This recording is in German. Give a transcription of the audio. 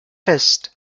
fest